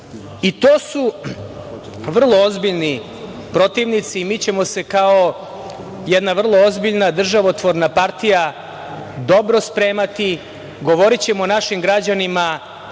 su vrlo ozbiljni protivnici. Mi ćemo se, kao jedna vrlo ozbiljna državotvorna partija, dobro spremati, govorićemo našim građanima